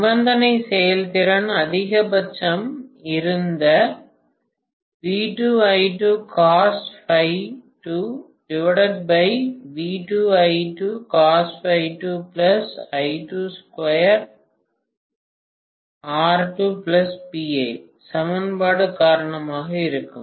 நிபந்தனை செயல்திறன் அதிகபட்சம் இந்த சமன்பாடு காரணமாக இருக்கும்